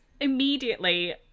immediately